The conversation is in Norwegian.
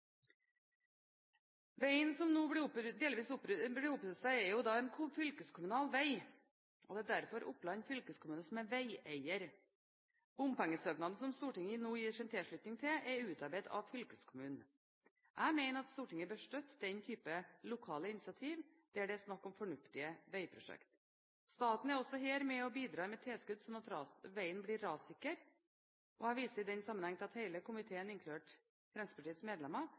Veien som nå blir opprustet, er en fylkeskommunal veg, og det er derfor Oppland fylkeskommune som er veieier. Bompengesøknaden som Stortinget nå gir sin tilslutning til, er utarbeidet av fylkeskommunen. Jeg mener at Stortinget bør støtte den type lokale initiativ der det er snakk om fornuftige veiprosjekt. Staten er også her med på å bidra med tilskudd slik at veien blir rassikker, og jeg viser i den sammenheng til hele komiteen, inkludert Fremskrittspartiets medlemmer,